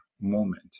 moment